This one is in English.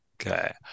okay